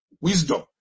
wisdom